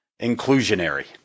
inclusionary